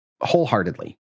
wholeheartedly